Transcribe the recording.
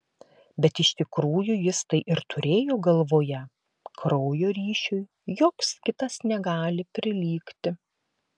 bet iš tikrųjų jis tai ir turėjo galvoje kraujo ryšiui joks kitas negali prilygti